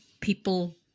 people